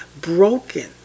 broken